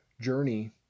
journey